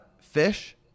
fish